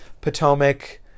Potomac